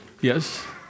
Yes